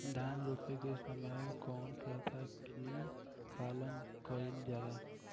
धान रोपे के समय कउन प्रथा की पालन कइल जाला?